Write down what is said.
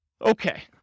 Okay